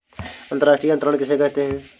अंतर्राष्ट्रीय अंतरण किसे कहते हैं?